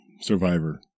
survivor